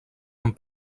amb